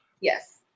Yes